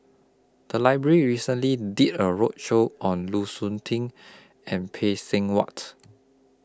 The Library recently did A roadshow on Lu Suitin and Phay Seng Whatt